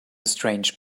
strange